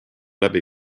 läbi